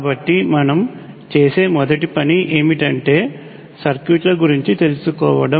కాబట్టి మనం చేసే మొదటి పని ఏమిటంటే సర్క్యూట్ల గురించి తెలుసుకోవడం